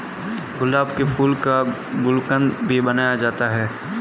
गुलाब के फूल का गुलकंद भी बनाया जाता है